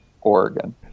Oregon